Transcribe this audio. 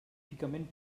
típicament